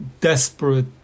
desperate